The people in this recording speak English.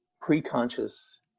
pre-conscious